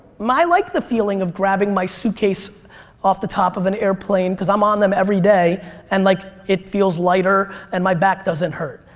like the feeling of grabbing my suitcase off the top of an airplane cause i'm on them every day and like it feels lighter and my back doesn't hurt.